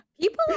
people